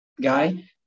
guy